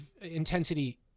intensity